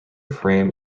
frame